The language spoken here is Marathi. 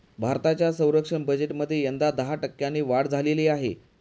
भारताच्या संरक्षण बजेटमध्ये यंदा दहा टक्क्यांनी वाढ झालेली आहे